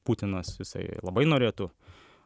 putinas jisai labai norėtų